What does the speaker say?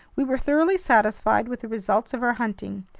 we were thoroughly satisfied with the results of our hunting.